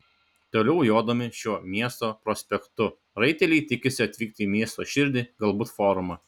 toliau jodami šiuo miesto prospektu raiteliai tikisi atvykti į miesto širdį galbūt forumą